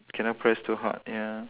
can I press too hard ya